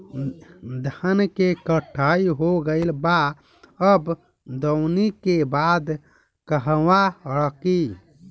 धान के कटाई हो गइल बा अब दवनि के बाद कहवा रखी?